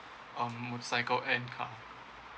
um motorcycle and car